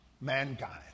Mankind